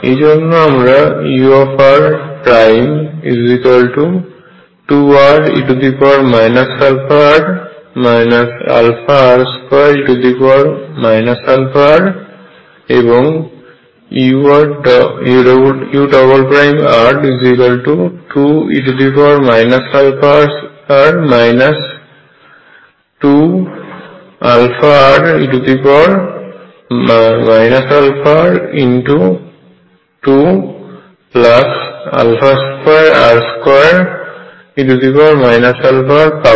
এইজন্য আমরা ur2re αr αr2e αr এবং ur2e αr 2αre αr×22r2e αr পাব